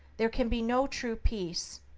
there can be no true peace,